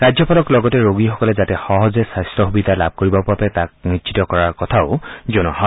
ৰাজ্যপালক লগতে ৰোগীসকলে যাতে সহজে স্বাস্থ্য সুবিধা লাভ কৰিব পাৰে তাক নিশ্চিত কৰাৰ কথা জনোৱা হয়